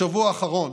בשבוע האחרון